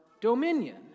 dominion